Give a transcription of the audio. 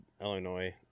Illinois